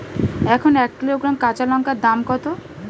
এখন এক কিলোগ্রাম কাঁচা লঙ্কার দাম কত?